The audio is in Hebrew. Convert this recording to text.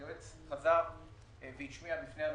היועץ חזר והשמיע בפני הממשלה.